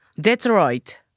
Detroit